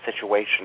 situation